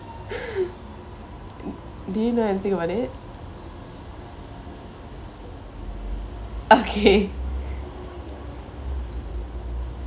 do you know anything about it okay